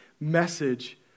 message